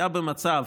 היה במצב